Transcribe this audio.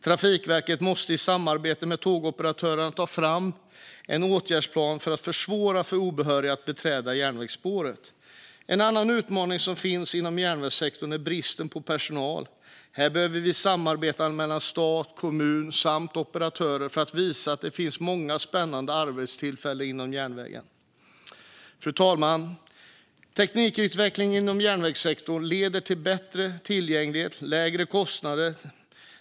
Trafikverket måste i samarbete med tågoperatörerna ta fram en åtgärdsplan för att försvåra för obehöriga att beträda järnvägsspåret. Ett annan utmaning som finns inom järnvägssektorn är bristen på personal. Här behöver vi samarbeta mellan stat, kommun och operatörer för att visa att det finns många spännande arbetstillfällen inom järnvägen. Fru talman! Teknikutvecklingen inom järnvägssektorn leder till bättre tillgänglighet och lägre kostnader.